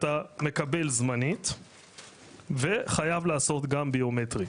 אתה מקבל זמנית וחייב לעשות גם ביומטרית,